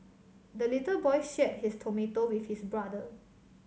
the little boy shared his tomato with his brother